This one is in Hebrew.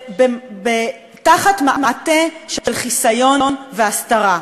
תחת מעטה של חיסיון והסתרה.